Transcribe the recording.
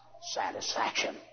satisfaction